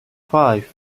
five